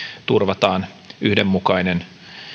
turvataan yhdenmukainen